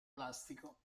plastico